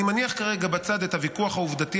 אני מניח כרגע בצד את הוויכוח העובדתי